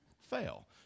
fail